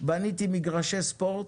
אז בניתי מגרשי ספורט